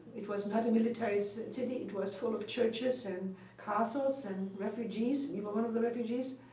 it was not a military so city. it was full of churches and castles and refugees. we were one of the refugees.